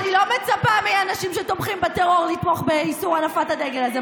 אני לא מצפה מאנשים שתומכים בטרור לתמוך באיסור הנפת הדגל הזה.